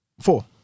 four